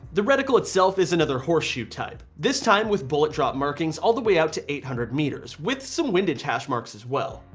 the reticle itself is another horseshoe type. this time with bullet drop markings all the way out to eight hundred meters with some windage hash marks as well.